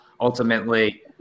Ultimately